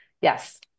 yes